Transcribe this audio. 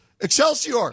Excelsior